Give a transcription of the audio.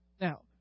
Now